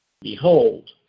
behold